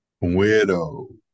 Widow